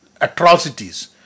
atrocities